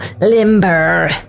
limber